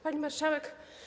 Pani Marszałek!